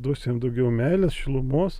duosiu jam daugiau meilės šilumos